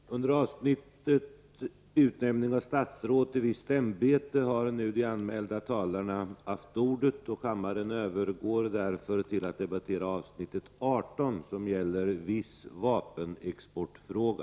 Sedan de under avsnittet Utnämning av statsråd till visst ämbete, m.m. anmälda talarna nu haft ordet övergår kammaren till att debattera avsnitt 18: Viss vapenexportfråga.